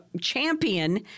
champion